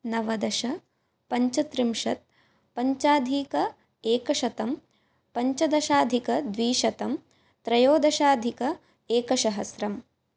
नवदश पञ्चत्रिंशत् पञ्चाधिक एकशतं पञ्चदशाधिकद्विशतं त्रयोदशाधिक एकसहस्रम्